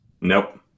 nope